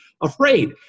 afraid